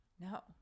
No